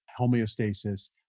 homeostasis